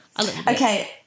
okay